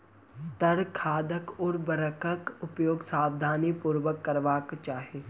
तरल खाद उर्वरकक उपयोग सावधानीपूर्वक करबाक चाही